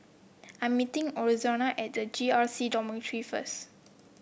I'm meeting Izora at the J R C Dormitory first